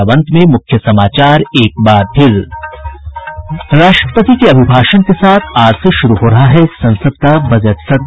और अब अंत में मुख्य समाचार राष्ट्रपति के अभिभाषण के साथ आज से शुरू हो रहा है संसद का बजट सत्र